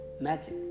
magic